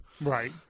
Right